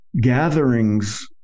gatherings